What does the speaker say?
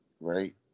right